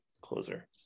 closer